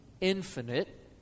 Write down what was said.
infinite